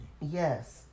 Yes